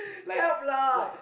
help lah